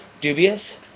dubious